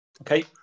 Okay